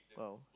!wow!